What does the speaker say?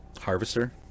harvester